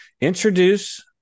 Introduce